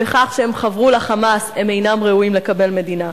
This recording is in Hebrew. בכך שהם חברו ל"חמאס" הם אינם ראויים לקבל מדינה.